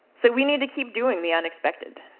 so we need to keep doing the unexpected.